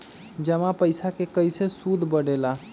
जमा पईसा के कइसे सूद बढे ला?